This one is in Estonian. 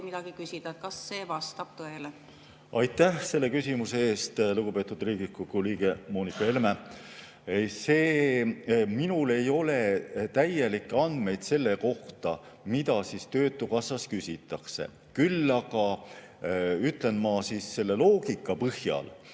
midagi küsida. Kas see vastab tõele? Aitäh selle küsimuse eest, lugupeetud Riigikogu liige Moonika Helme! Minul ei ole täielikke andmeid selle kohta, mida Töötukassas küsitakse. Küll aga ütlen selle loogika põhjal